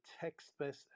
text-based